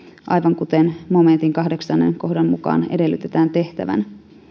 aivan kuten pykälän kahdeksannen kohdan mukaan edellytetään tehtävän